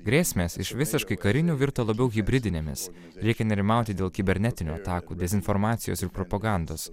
grėsmės iš visiškai karinių virto labiau hibridinėmis reikia nerimauti dėl kibernetinių atakų dezinformacijos ir propagandos